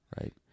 Right